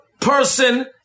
person